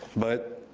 but